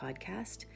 podcast